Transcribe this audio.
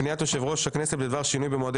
פניית יושב-ראש הכנסת בדבר שינוי במועדי